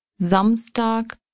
Samstag